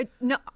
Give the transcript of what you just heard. No